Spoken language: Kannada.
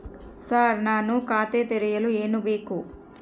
ಸರ್ ನಾನು ಖಾತೆ ತೆರೆಯಲು ಏನು ಬೇಕು?